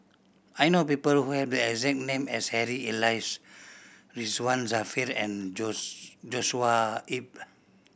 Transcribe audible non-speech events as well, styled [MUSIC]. I know people who have the exact name as Harry Elias Ridzwan Dzafir and [UNINTELLIGIBLE] Joshua Ip